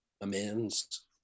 amends